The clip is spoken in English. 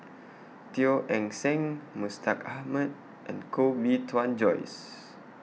Teo Eng Seng Mustaq Ahmad and Koh Bee Tuan Joyce